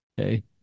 Okay